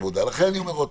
לכן אני אומר שוב,